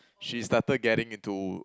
she started getting into